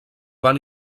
van